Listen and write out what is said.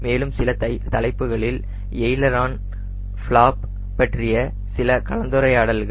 மேலும் சில தலைப்புகளில் எய்லரான் ஃபளாப் பற்றிய சில கலந்துரையாடல்கள்